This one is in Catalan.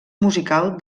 musical